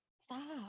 stop